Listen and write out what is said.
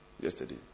yesterday